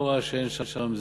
לא רואה שאין שם,